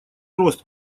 рост